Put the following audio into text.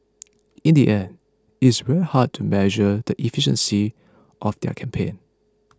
in the end it is very hard to measure the efficiency of their campaign